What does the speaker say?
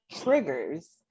triggers